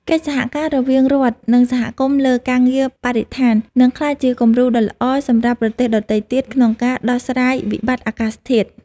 កិច្ចសហការរវាងរដ្ឋ និងសហគមន៍លើការងារបរិស្ថាននឹងក្លាយជាគំរូដ៏ល្អសម្រាប់ប្រទេសដទៃទៀតក្នុងការដោះស្រាយវិបត្តិអាកាសធាតុ។